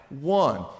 one